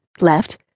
left